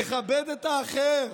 תכבד את האחר.